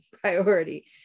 priority